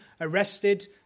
arrested